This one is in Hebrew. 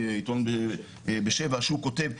נכון אנחנו מבקשים תתחייבו לשלוח את הילד לבי"ס דתי.